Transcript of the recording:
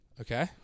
Okay